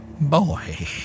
boy